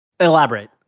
Elaborate